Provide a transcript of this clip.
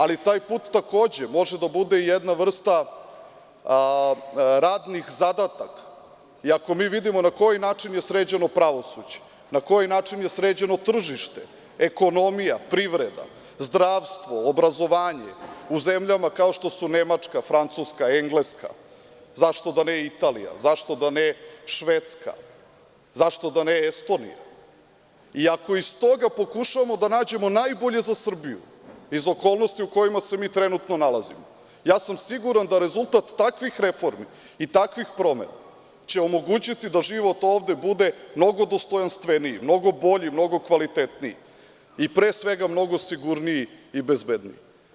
Ali, taj put takođe može da bude i jedna vrsta radnih zadataka i ako mi vidimo na koji način je sređeno pravosuđe, na koji način je sređeno tržište, ekonomija, privreda, zdravstvo, obrazovanje u zemljama kao što su Nemačka, Francuska, Engleska, Italija, Švedska, Estonija, i ako iz toga pokušavamo da nađemo najbolje za Srbiju, iz okolnosti u kojima se mi trenutno nalazimo, ja sam siguran da rezultat takvih reformi i takvih promena će omogućiti da život ovde bude mnogo dostojanstveniji, mnogo bolji, mnogo kvalitetniji, a pre svega mnogo sigurniji i bezbedniji.